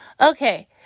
Okay